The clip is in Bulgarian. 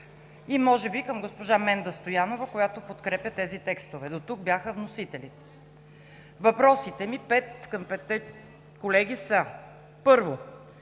а може би и към госпожа Менда Стоянова, която подкрепя тези текстове – до тук бяха вносителите. Въпросите ми към петимата колеги са: Първо,